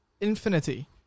infinity